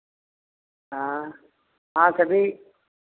हाँ वहाँ सभी